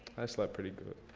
i slept pretty good.